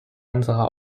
unserer